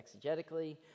exegetically